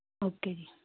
okay ਜੀ